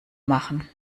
machen